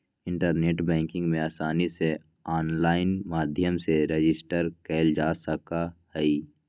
internet banking में आसानी से आनलाइन माध्यम से रजिस्टर कइल जा सका हई